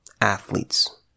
athletes